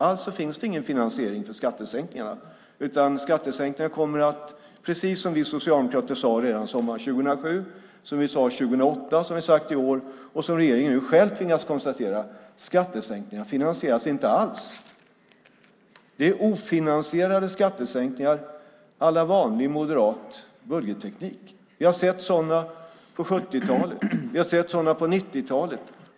Alltså finns det ingen finansiering av skattesänkningarna, utan skattesänkningarna kommer, precis som vi socialdemokrater sade redan sommaren 2007, som vi sade 2008 och som vi har sagt i år och som regeringen nu själv tvingas konstatera, inte att finansieras alls. Det är ofinansierade skattesänkningar à la vanlig moderat budgetteknik. Vi har sett sådana på 70-talet. Vi har sett sådana på 90-talet.